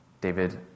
David